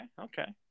okay